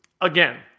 again